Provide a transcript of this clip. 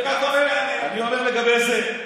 אני עונה לגבי זה.